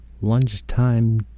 lunchtime